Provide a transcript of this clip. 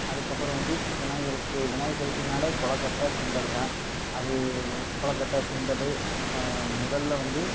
அதுக்கப்புறம் வந்து விநாயகருக்கு விநாயகர் சதுர்த்தினாலே கொழுக்கட்ட சுண்டல் தான் அது கொழுக்கட்ட சுண்டல் ஃப முதலில் வந்து